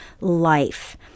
life